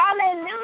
Hallelujah